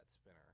Spinner